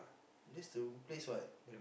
that's the place what